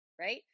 right